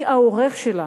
מי העורך שלה.